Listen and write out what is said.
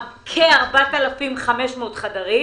על כ-4,500 חדרים